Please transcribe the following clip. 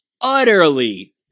utterly